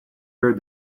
heard